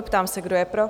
Ptám se, kdo je pro?